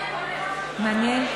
מעניין,